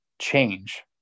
change